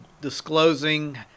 disclosing